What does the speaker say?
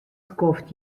skoft